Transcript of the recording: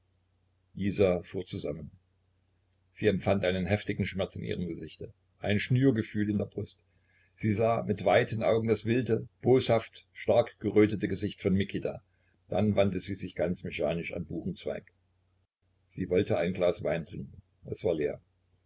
isa fuhr zusammen sie empfand einen heftigen schmerz in ihrem gesichte ein schnürgefühl in der brust sie sah mit weiten augen das wilde boshafte stark gerötete gesicht von mikita dann wandte sie sich ganz mechanisch an buchenzweig sie wollte ein glas wein trinken es war leer